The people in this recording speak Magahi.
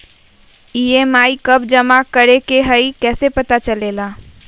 ई.एम.आई कव जमा करेके हई कैसे पता चलेला?